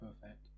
perfect